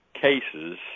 cases